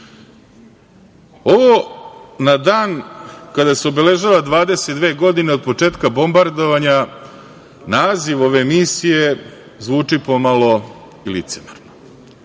na dan kada se obeležava 22 godine od početka bombardovanja, naziv ove misije zvuči pomalo licemerno.